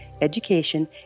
education